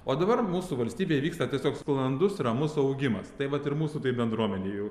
o dabar mūsų valstybėj vyksta tiesiog sklandus ramus augimas tai vat ir mūsų toj bendruomenėj jau